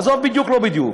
עזוב בדיוק לא בדיוק.